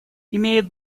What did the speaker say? имеет